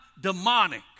demonic